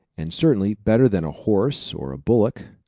and certainly better than a horse or a bullock.